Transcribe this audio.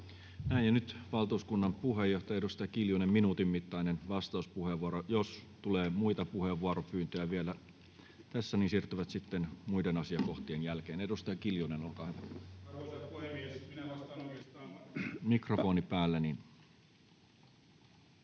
nyt valtuuskunnan puheenjohtaja, edustaja Kiljunen, minuutin mittainen vastauspuheenvuoro. Jos tulee muita puheenvuoropyyntöjä vielä tässä, niin ne siirtyvät sitten muiden asiakohtien jälkeen. — Edustaja Kiljunen, olkaa hyvä. [Mikrofoni on kiinni] — Mikrofoni päälle.